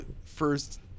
first